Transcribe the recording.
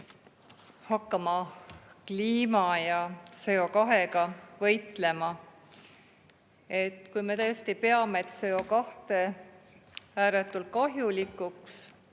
hakkama kliima ja CO2-ga võitlema. Kui me tõesti peame CO2ääretult kahjulikuks,